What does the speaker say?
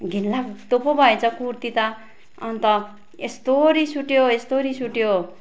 घिन लाग्दो पो भएछ कुर्ती त अन्त यस्तो रिस उठ्यो यस्तो रिस उठ्यो